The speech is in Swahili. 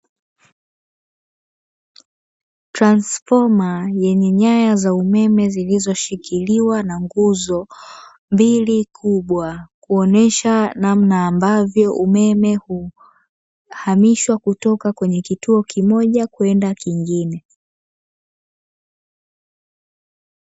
Transifoma yenye nyaya za umeme zilizoshikiliwa na nguzo mbili kubwa, kuonesha namna ambavyo umeme, huhamishwa kutoka kwenye kituo kimoja kwenda kingine.